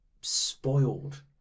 spoiled